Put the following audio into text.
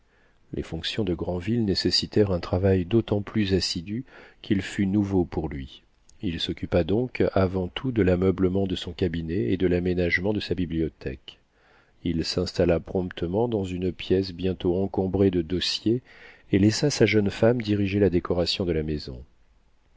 les fonctions de granville nécessitèrent un travail d'autant plus assidu qu'il fut nouveau pour lui il s'occupa donc avant tout de l'ameublement de son cabinet et de l'emménagement de sa bibliothèque il s'installa promptement dans une pièce bientôt encombrée de dossiers et laissa sa jeune femme diriger la décoration de la maison